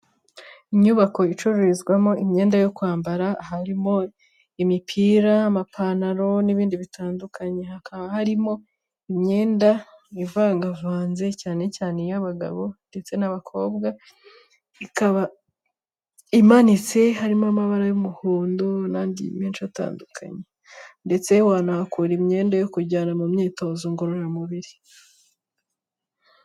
Inyubako icururizwamo imyenda yo kwambara harimo: imipira ,amapantaro n'ibindi bitandukanye . Hakaba harimo imyenda ivangavanze cyane cyane iy'abagabo ndetse n'abakobwa, ikaba imanitse harimo amabara y'umuhondo n'andi menshi atandukanye. Ndetse wanahakura imyenda yo kujyana mu myitozo ngororamubiri.